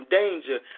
danger